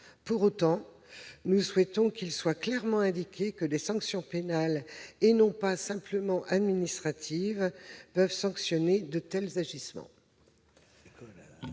Pour autant, nous souhaitons qu'il soit clairement indiqué que des sanctions pénales et non pas simplement administratives peuvent s'appliquer à de tels agissements.